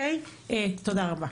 תודה רבה.